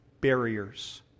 barriers